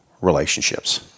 relationships